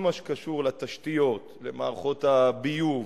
בכל מה שקשור לתשתיות, למערכות הביוב,